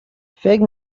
فکر